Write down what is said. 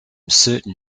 certain